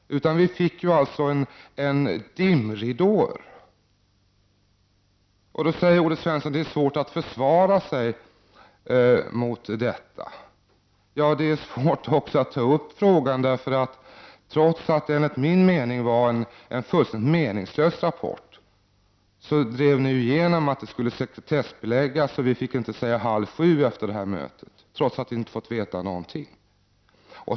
Man lade alltså ut dimridåer. Olle Svensson säger då att det är svårt att försvara sig mot detta. Ja, det är också svårt att ta upp frågan. Trots att det enligt min mening var en fullständigt meningslös rapport drev ni ju igenom att den skulle sekretessbeläggas. Vi fick inte säga halv sju efter det här mötet, trots att vi inte fått veta någonting.